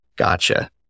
Gotcha